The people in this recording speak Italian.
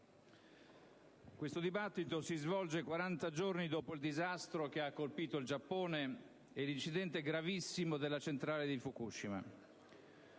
questo dibattito si svolge quaranta giorni dopo il disastro che ha colpito il Giappone e l'incidente gravissimo della centrale di Fukushima;